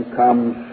comes